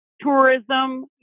tourism